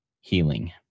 healing